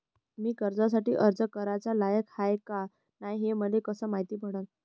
मी कर्जासाठी अर्ज कराचा लायक हाय का नाय हे मले कसं मायती पडन?